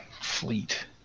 fleet